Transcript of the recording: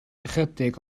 ychydig